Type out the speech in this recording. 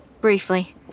briefly